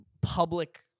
public